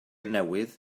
newydd